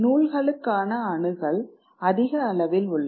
நூல்களுக்கான அணுகல் அதிக அளவில் உள்ளது